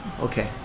Okay